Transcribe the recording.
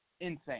Insane